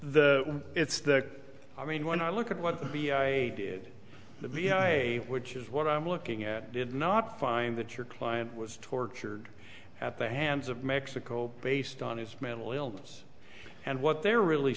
the it's the i mean when i look at what i did which is what i'm looking at did not find that your client was tortured at the hands of mexico based on his mental illness and what they're really